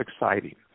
exciting